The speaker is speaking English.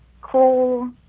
cool